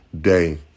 day